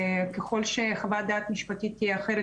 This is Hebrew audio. ככל שחוות דעת משפטית תהיה אחרת,